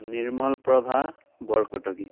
Nirmalprabha Borkotoky